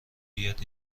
بیاد